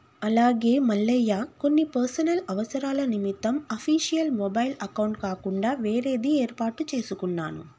అలాగే మల్లయ్య కొన్ని పర్సనల్ అవసరాల నిమిత్తం అఫీషియల్ మొబైల్ అకౌంట్ కాకుండా వేరేది ఏర్పాటు చేసుకున్నాను